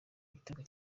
igitego